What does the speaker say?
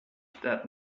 that